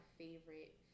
favorite